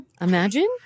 Imagine